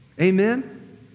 Amen